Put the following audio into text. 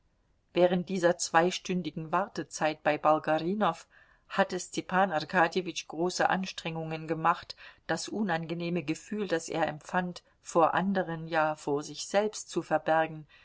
während dieser zweistündigen wartezeit bei bolgarinow hatte stepan arkadjewitsch große anstrengungen gemacht das unangenehme gefühl das er empfand vor anderen ja vor sich selbst zu verbergen